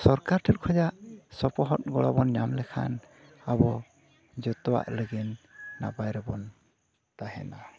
ᱥᱚᱨᱠᱟᱨ ᱴᱷᱮᱡ ᱠᱷᱚᱭᱟᱜ ᱥᱚᱯᱚᱦᱚᱫ ᱜᱚᱲᱚ ᱵᱚᱱ ᱧᱟᱢ ᱞᱮᱠᱷᱟᱱ ᱟᱵᱚ ᱡᱚᱛᱚᱣᱟᱜ ᱞᱟᱹᱜᱤᱫ ᱱᱟᱯᱟᱭ ᱨᱮᱵᱚᱱ ᱛᱟᱦᱮᱱᱟ